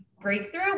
breakthrough